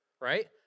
right